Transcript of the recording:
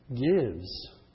gives